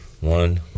one